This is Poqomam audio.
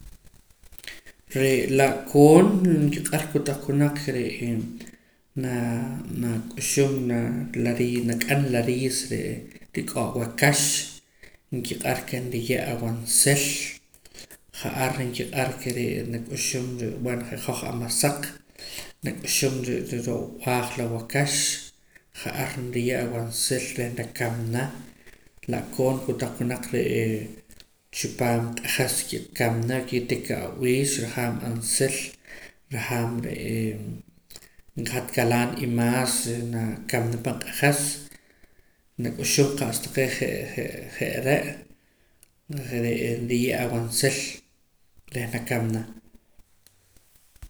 Ree' la'koon nkiq'ar kotaq winaq re'e naa nak'uxum laa la rinak'am la riis re'e rik'o' waakax nkiq'ar ke nriye' awaansil ja'ar nkiq'ar ke re'e nak'uxum re' buen je' hoj amasaq nak'uxum re' rab'aaj la waakax ja'ar nriye' awaansil reh nakamna la'koon kotaq winaq re'ee chipaam q'ajas kimamna kitik ab'iix nrajaam aansil rajaam re'ee hat galaan imaas reh naakamna pan q'ajas nak'uxum qa'sa taqee' je' je' je're' reh re' nriye' awaansil reh nakamna